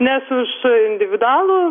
nes už individualų